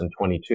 2022